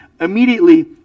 immediately